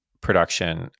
production